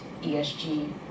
ESG